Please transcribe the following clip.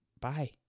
Bye